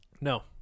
No